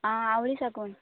आं आवडी साकून